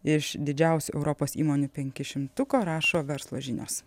iš didžiausių europos įmonių penkišimtuko rašo verslo žinios